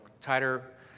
tighter